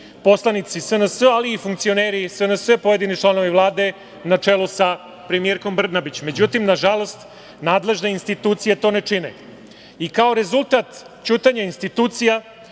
poslanici SNS, ali i funkcioneri SNS i pojedini članovi Vlade, na čelu sa premijerkom Brnabić. Međutim, nažalost, nadležne institucije to ne čine. Kao rezultat ćutanja institucija